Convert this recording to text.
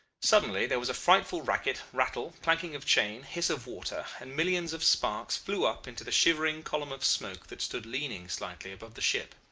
suddenly there was a frightful racket, rattle, clanking of chain, hiss of water, and millions of sparks flew up into the shivering column of smoke that stood leaning slightly above the ship.